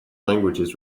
languages